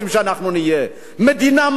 שלא מקבלת את זכויות האדם?